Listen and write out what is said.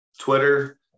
Twitter